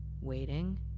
Waiting